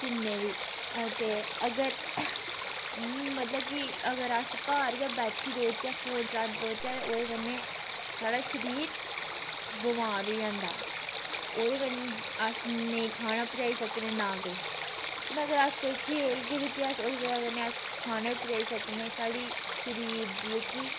खूनें दी अते अगर मतलब कि अगर अस घर गै बैठी रौह्चै फोन चलांदे रौह्चै ते ओह्दे कन्नै साढ़ा शरीर बमार होई जंदा ओह्दे कन्नै अस नेईं खाना पचाई सकने ना किश हून अगर अस कोई खेलगे ओह्दी बजह् कन्नै अस खाना बी पचाई सकने साढ़ी शरीर दी जेह्की